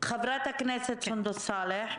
חברת הכנסת סונדוס סאלח.